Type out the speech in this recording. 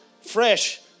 fresh